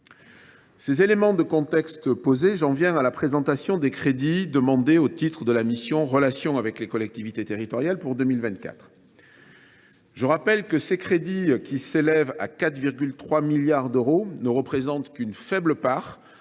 Ces éléments de contexte posés, j’en viens à la présentation des crédits de la mission « Relations avec les collectivités territoriales » pour 2024. Je rappelle que ces crédits, qui s’élèvent à 4,3 milliards d’euros, ne représentent qu’une faible part